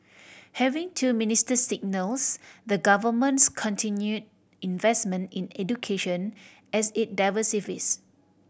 having two ministers signals the Government's continued investment in education as it diversifies